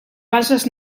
bases